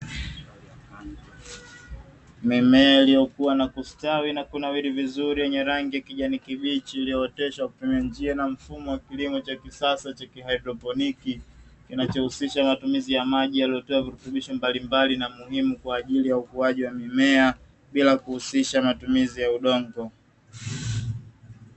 Mimea iliyokuwa na kustawi na kunawiri vizuri yenye rangi ya kijani kibichi iliyooteshwa kwa kutumia njia na mfumo wa kilimo cha kisasa cha haidroponi, kinachohusisha matumizi ya maji yaliyotiwa virutubisho mbalimbali na muhimu kwa ajili ya ukuaji wa mimea bila kuhusisha matumizi ya udongo.